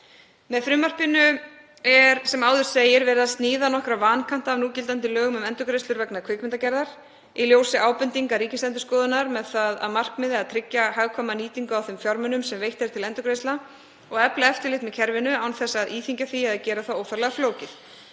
Með frumvarpinu er sem áður segir verið að sníða nokkra vankanta af núgildandi lögum um endurgreiðslur vegna kvikmyndagerðar í ljósi ábendinga Ríkisendurskoðunar með það að markmiði að tryggja hagkvæma nýtingu á þeim fjármunum sem veittir eru til endurgreiðslu og efla eftirlit með kerfinu án þess að íþyngja því eða gera það óþarflega flókið.